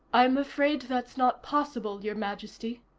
i'm afraid that's not possible, your majesty,